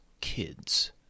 kids